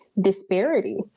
disparity